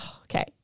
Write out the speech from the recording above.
Okay